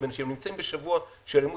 אנחנו נמצאים בשבוע של אלימות.